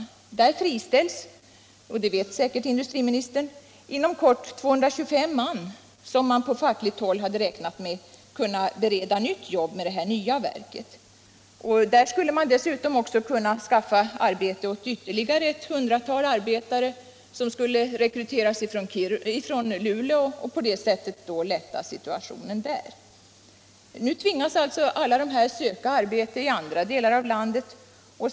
Inom kort friställs — det vet säkert industriministern — 225 man. På fackligt håll hade man räknat med att de skulle kunna beredas nytt jobb med detta nya verk. Det skulle dessutom ha kunnat ge arbete åt ytterligare ett hundratal arbetare, som skulle rekryteras från Luleå och på det sättet lätta situationen där. Nu tvingas alla dessa söka arbete i andra delar av landet.